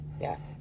Yes